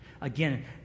again